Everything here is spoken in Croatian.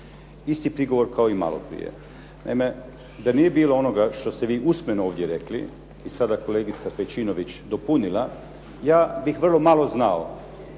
Isti prigovor kao i maloprije. Naime, da nije bilo onoga što ste vi usmeno ovdje rekli i sada kolegica Pejčinović dopunila, ja bih vrlo malo znao